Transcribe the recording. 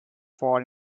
for